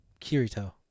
Kirito